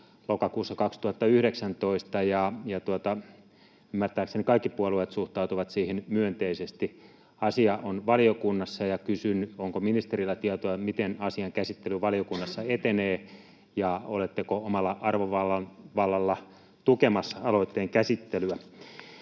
lokakuussa 2019, ja ymmärtääkseni kaikki puolueet suhtautuvat siihen myönteisesti. Asia on valiokunnassa, ja kysyn, onko ministerillä tietoa, miten asian käsittely valiokunnassa etenee, ja oletteko omalla arvovallallanne tukemassa aloitteen käsittelyä.